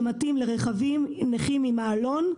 שמתאים לרכבי נכים עם מעלון,